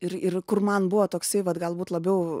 ir ir kur man buvo toksai vat galbūt labiau